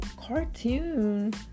Cartoon